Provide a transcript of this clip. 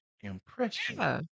impression